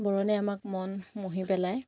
বৰণে আমাক মন মুহি পেলায়